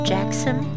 Jackson